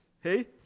hey